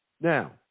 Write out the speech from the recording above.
Now